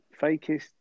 fakest